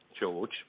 George